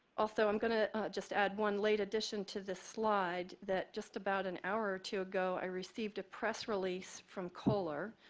also, i'm going to just add one late addition to this slide that just about an hour or two ago, i received a press release from kohler.